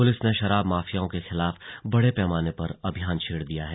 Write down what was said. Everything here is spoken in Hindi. पुलिस ने शराब माफिया के खिलाफ बड़े पैमाने पर अभियान छेड़ दिया है